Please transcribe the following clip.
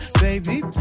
Baby